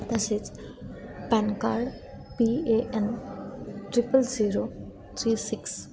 तसेच PAN card P A N triple zero three six